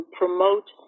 promote